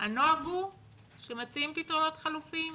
הנוהג הוא שמציעים פתרונות חלופיים.